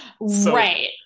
Right